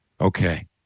Okay